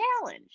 challenge